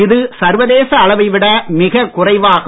இது சர்வதேச அளவை விட மிகக் குறைவாகும்